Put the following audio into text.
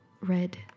red